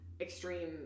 extreme